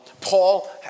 Paul